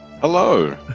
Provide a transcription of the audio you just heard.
Hello